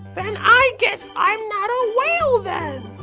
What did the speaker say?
then i guess i'm not a whale then!